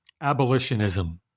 abolitionism